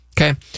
Okay